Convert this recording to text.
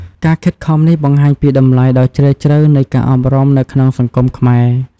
ការខិតខំនេះបង្ហាញពីតម្លៃដ៏ជ្រាលជ្រៅនៃការអប់រំនៅក្នុងសង្គមខ្មែរ។